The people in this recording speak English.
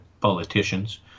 politicians